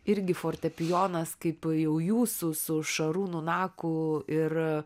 irgi fortepijonas kaip jau jūsų su šarūnu naku ir